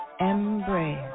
embrace